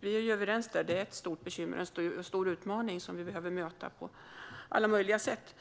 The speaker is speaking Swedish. Vi är ju överens där - det är ett stort bekymmer och en stor utmaning som vi behöver möta på alla möjliga sätt.